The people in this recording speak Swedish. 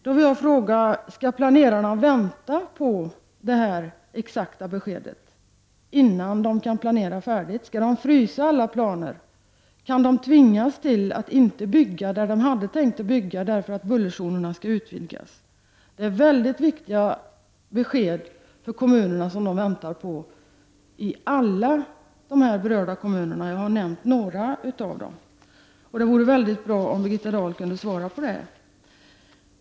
Jag vill fråga om planerarna skall vänta på det exakta beskedet innan de kan planera färdigt. Skall de frysa alla planer? Kan de tvingas till att inte bygga där de hade tänkt bygga därför att bullerzonerna skall utvidgas? Det är för kommunerna mycket viktiga besked som man väntar på i alla de här berörda kommunerna; jag har nämnt några av dem. Det vore mycket bra om Birgitta Dahl kunde svara på detta.